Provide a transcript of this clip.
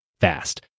fast